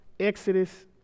Exodus